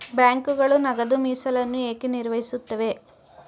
ಬ್ಯಾಂಕುಗಳು ನಗದು ಮೀಸಲನ್ನು ಏಕೆ ನಿರ್ವಹಿಸುತ್ತವೆ?